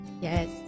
Yes